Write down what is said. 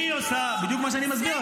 שאלת,